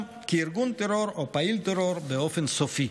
כארגון טרור או פעיל טרור באופן סופי.